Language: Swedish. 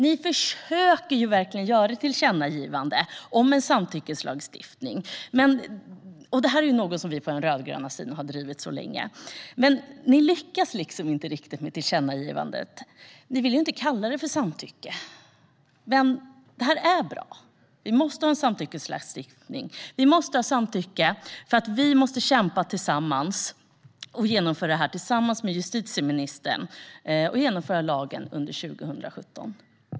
Ni försöker verkligen göra ett tillkännagivande om en samtyckeslagstiftning, något som vi på den rödgröna sidan har drivit länge, men ni lyckas inte riktigt. Ni vill inte kalla det samtycke. Men det här är bra. Vi måste ha en samtyckeslagstiftning, för vi måste ha samtycke. Vi måste kämpa för att tillsammans med justitieministern genomföra lagen under 2017.